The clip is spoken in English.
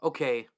Okay